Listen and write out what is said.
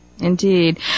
Indeed